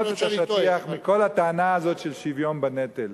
לשמוט את השטיח מכל הטענה הזאת של שוויון בנטל.